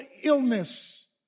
illness